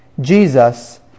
Jesus